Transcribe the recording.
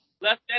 Left